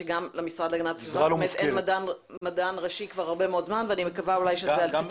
במסגרת האחריות אנחנו עושים תהליכי